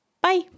Bye